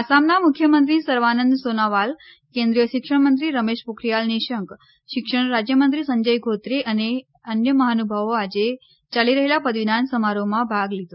આસામના મુખ્યમંત્રી સર્વાનંદ સોનોવાલ કેન્દ્રીય શિક્ષણમંત્રી રમેશ પોખરીયાલ નિશંક શિક્ષણ રાજ્યમંત્રી સંજય ઘોત્રે અને અન્ય મહાનુભાવો આજે યોજનાર પદવીદન સમારોહમાં ભાગ લેશે